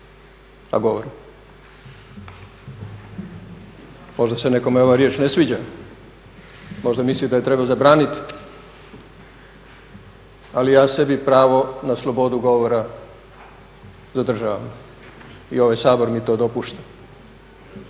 a govore. Možda se nekome ova riječ ne sviđa, možda misli da je treba zabraniti, ali ja sebi pravo na slobodu govora zadržavam i ovaj Sabor mi to dopušta.